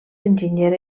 enginyera